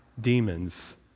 demons